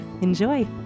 Enjoy